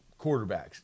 quarterbacks